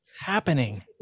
Happening